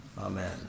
Amen